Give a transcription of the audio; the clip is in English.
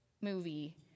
movie